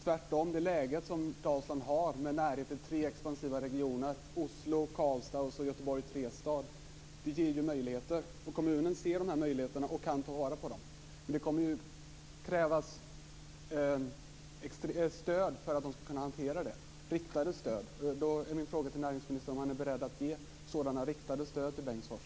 Tvärtom ger Dalslands läge med närhet till tre expansiva regioner - Oslo, Karlstad och Göteborg-Trestad - möjligheter. Kommunen ser de här möjligheterna och kan ta vara på dem, men det kommer att krävas riktade stöd för att den skall kunna hantera dem. Min fråga till näringsministern är om han är beredd att ge sådana riktade stöd till Bengtsfors.